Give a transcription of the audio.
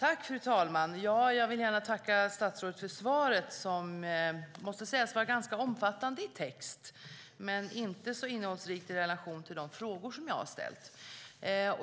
Fru talman! Jag vill gärna tacka statsrådet för svaret, som måste sägas vara ganska omfattande i text men inte så innehållsrikt i relation till de frågor som jag har ställt.